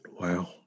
Wow